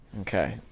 Okay